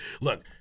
Look